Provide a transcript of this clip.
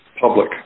public